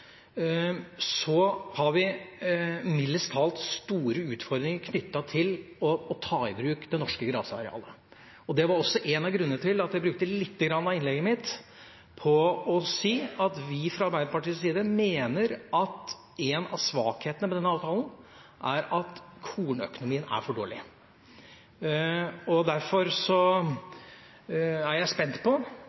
har vi mildest talt store utfordringer med å ta i bruk det norske grasarealet. Det var også en av grunnene til at jeg brukte lite grann av innlegget mitt på å si at vi fra Arbeiderpartiets side mener at en av svakhetene med denne avtalen er at kornøkonomien er for dårlig. Derfor er jeg spent på